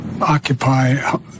occupy